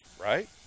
right